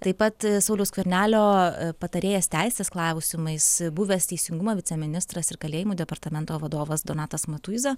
taip pat sauliaus skvernelio patarėjas teisės klausimais buvęs teisingumo viceministras ir kalėjimų departamento vadovas donatas matuiza